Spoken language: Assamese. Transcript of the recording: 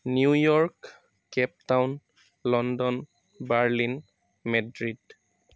New York Cape Town London Berlin Madrid